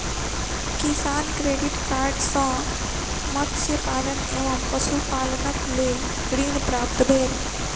किसान credit card सॅ मत्स्य पालन एवं पशुपालनक लेल ऋण प्राप्त भेल